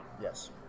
Yes